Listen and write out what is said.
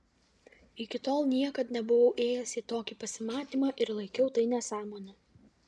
iki tol niekad nebuvau ėjęs į tokį pasimatymą ir laikiau tai nesąmone